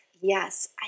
Yes